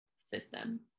system